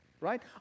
right